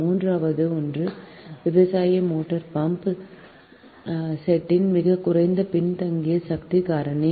மூன்றாவது ஒன்று விவசாய மோட்டார் பம்ப் செட்டின் மிக குறைந்த பின்தங்கிய சக்தி காரணி